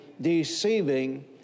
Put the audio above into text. deceiving